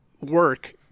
work